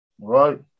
Right